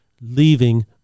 leaving